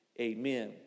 Amen